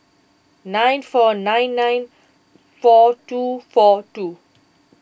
nine four nine nine four two four two